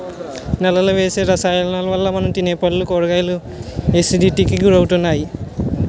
నేలలో వేసే రసాయనాలవల్ల మనం తినే పళ్ళు, కూరగాయలు ఎసిడిటీకి గురవుతున్నాయి